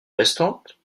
restantes